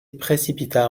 précipita